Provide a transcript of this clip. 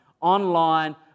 online